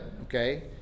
okay